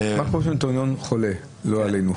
מה קורה כשנוטריון חולה, לא עלינו?